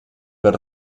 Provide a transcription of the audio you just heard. per